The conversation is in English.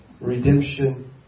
redemption